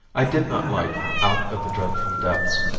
i did not like out of the dreadful depths.